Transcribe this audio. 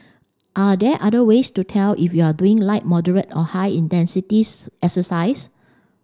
are there other ways to tell if you are doing light moderate or high intensities exercise